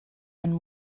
and